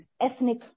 ethnic